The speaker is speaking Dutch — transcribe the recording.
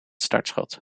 startschot